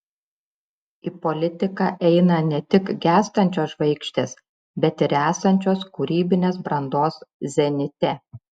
į politiką eina ne tik gęstančios žvaigždės bet ir esančios kūrybinės brandos zenite